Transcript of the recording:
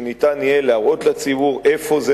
שיהיה אפשר להראות לציבור איפה זה,